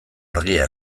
argia